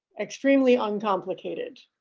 extremely un complicated.